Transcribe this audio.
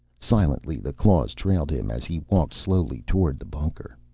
silently, the claws trailed him, as he walked slowly toward the bunker.